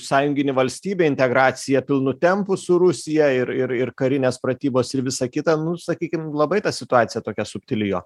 sąjunginių valstybių integracija pilnu tempu su rusija ir ir ir karinės pratybos ir visa kita na sakykim labai ta situacija tokia subtili jo